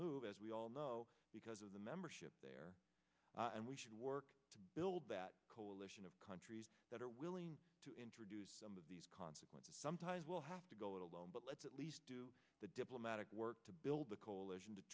move as we all know because of the membership there and we should work to build that coalition of countries that are willing to introduce some of these consequences sometimes we'll have to go it alone but let's at least do the diplomatic work to build the coalition to